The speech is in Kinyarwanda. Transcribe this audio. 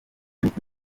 nicki